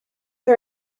her